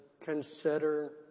consider